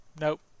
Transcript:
Nope